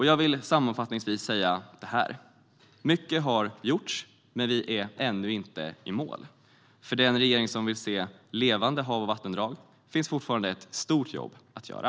Jag vill sammanfattningsvis säga: Mycket har gjorts, men vi är ännu inte i mål. För den regering som vill se levande hav och vattendrag finns fortfarande ett stort jobb att göra.